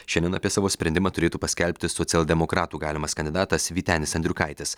šiandien apie savo sprendimą turėtų paskelbti socialdemokratų galimas kandidatas vytenis andriukaitis